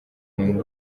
muntu